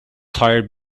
tire